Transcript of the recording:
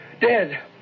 Dead